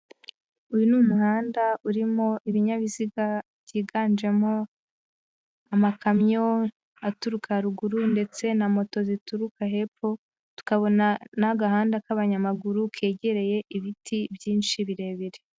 Uyu ni umuhanda urimo ibinyabiziga byiganjemo amakamyo aturuka haruguru ndetse na moto zituruka hepfo, tukabona n'agahanda k'abanyamaguru kegereye ibiti byinshi birebire.